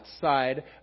side